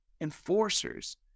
enforcers